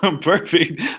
Perfect